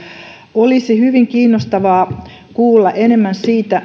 olisi hyvin kiinnostavaa kuulla enemmän siitä